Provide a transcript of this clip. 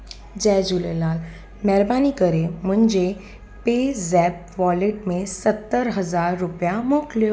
जय झूलेलाल महिरबानी करे मुंहिंजे पे ज़ेप्प वॉलेट में सतरि हज़ार रुपिया मोकिलियो